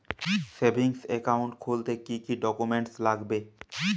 Savings account খুলতে কি কি ডকুমেন্টস লাগবে?